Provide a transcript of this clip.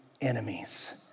enemies